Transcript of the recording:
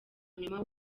nyuma